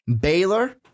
Baylor